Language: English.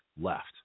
left